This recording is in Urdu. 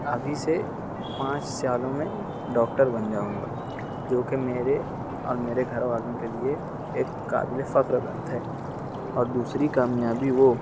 ابھی سے پانچ سالوں میں ڈاکٹر بن جاؤں گا جو کہ میرے اور میرے گھر والوں کے لیے ایک قابل فخر بات ہے اور دوسری کامیابی وہ